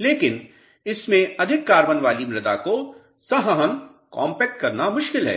लेकिन इसमें अधिक कार्बन वाली मृदा को संहनन कॉम्पैक्ट करना मुश्किल है